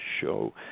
show